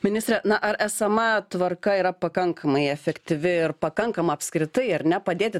ministre na ar esama tvarka yra pakankamai efektyvi ir pakankama apskritai ar ne padėti